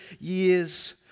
years